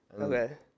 Okay